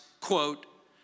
quote